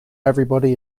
everybody